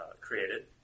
created